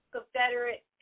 Confederate